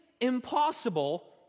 impossible